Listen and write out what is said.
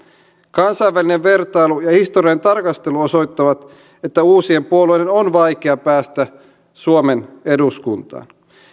kansainvälinen vertailu ja historian tarkastelu osoittavat että uusien puolueiden on vaikea päästä suomen eduskuntaan